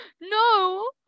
No